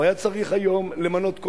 הוא היה צריך היום למנות,